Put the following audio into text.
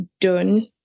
done